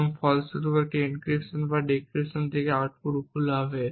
এবং ফলস্বরূপ এনক্রিপশন বা ডিক্রিপশন থেকে আউটপুট ভুল হবে